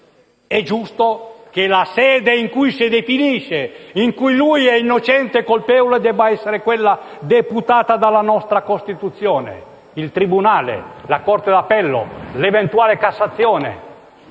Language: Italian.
è giusto che la sede in cui si definisce se è innocente o colpevole deve essere quella a ciò deputata dalla nostra Costituzione, ovvero il tribunale, la corte d'appello, l'eventuale Cassazione